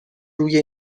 روی